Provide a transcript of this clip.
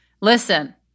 listen